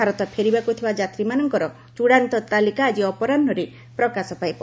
ଭାରତ ଫେରିବାକୁ ଥିବା ଯାତ୍ରୀମାନଙ୍କର ଚୂଡ଼ାନ୍ତ ତାଲିକା ଆଜି ଅପରାହୁରେ ପ୍ରକାଶ ପାଇବ